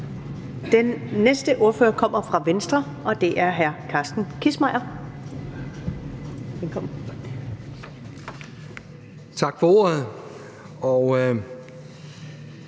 Den næste ordfører kommer fra Venstre, og det er hr. Carsten Kissmeyer. Kl.